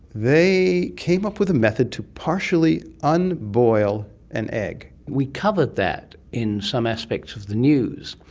they came up with a method to partially unboil an egg. we covered that in some aspects of the news,